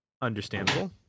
Understandable